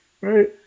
Right